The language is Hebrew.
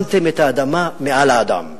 שמתם את האדמה מעל האדם.